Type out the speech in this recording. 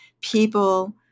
people